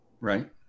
Right